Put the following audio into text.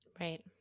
Right